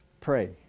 pray